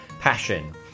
passion